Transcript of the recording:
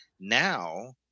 Now